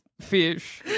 fish